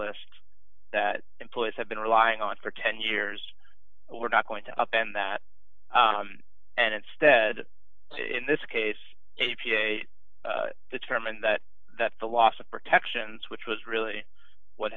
list that employers have been relying on for ten years we're not going to open that and instead in this case a p a determined that that the loss of protections which was really what